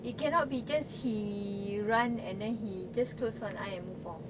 it cannot be just he run and then he just close one eye and move on